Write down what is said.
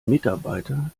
mitarbeiter